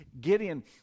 Gideon